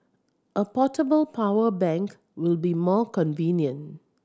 a portable power bank will be more convenient